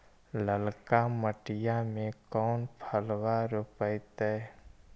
ललका मटीया मे कोन फलबा रोपयतय?